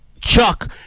Chuck